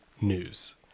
news